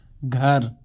گھر